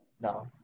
No